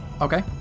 okay